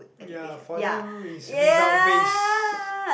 ya for them is result based